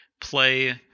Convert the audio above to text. play